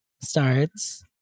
starts